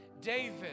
David